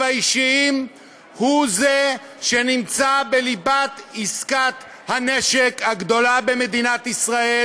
האישיים הוא זה שנמצא בליבת עסקת הנשק הגדולה במדינת ישראל,